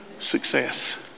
success